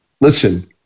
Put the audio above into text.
listen